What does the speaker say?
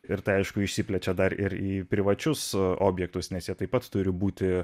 ir tai aišku išsiplečia dar ir į privačius objektus nes jie taip pat turi būti